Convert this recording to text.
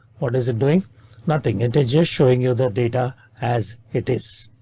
what is it doing nothing into just showing you the data as it is.